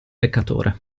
peccatore